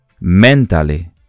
mentally